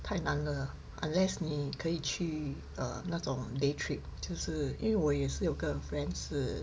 太难了 unless 你可以去 err 那种 day trip 就是因为我也是有个 friend 是